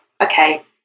okay